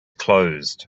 closed